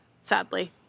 sadly